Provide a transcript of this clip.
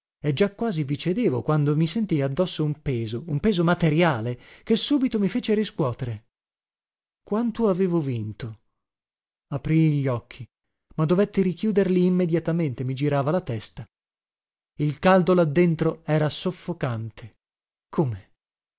e già quasi vi cedevo quando mi sentii addosso un peso un peso materiale che subito mi fece riscuotere quanto avevo vinto aprii gli occhi ma dovetti richiuderli immediatamente mi girava la testa il caldo là dentro era soffocante come